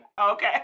Okay